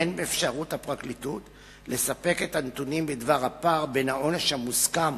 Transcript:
אין באפשרות הפרקליטות לספק את הנתונים בדבר הפער בין העונש המוסכם